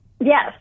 Yes